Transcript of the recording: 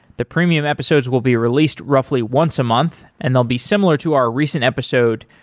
the premium episodes will be released roughly once a month and they'll be similar to our recent episode,